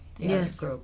Yes